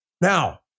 Now